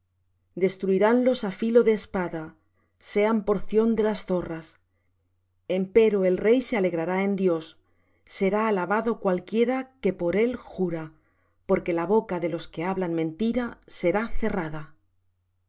tierra destruiránlos á filo de espada serán porción de las zorras empero el rey se alegrará en dios será alabado cualquiera que por él jura porque la boca de los que hablan mentira será cerrada